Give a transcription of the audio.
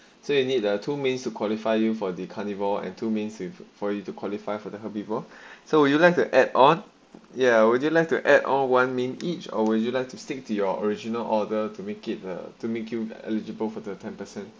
so you need a two means to qualify for the carnival and two minutes with for you to qualify for the her people so would you like to add on ya would you like to add on one min each hour you like to stick to your original order to make it a to make him eligible for the ten percent